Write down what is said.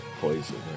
poison